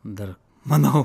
dar manau